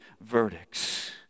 verdicts